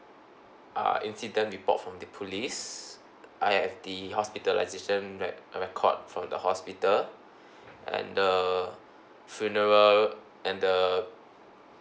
uh incident report from the police I have the hospitalisation that record from the hospital and the funeral and the